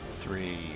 three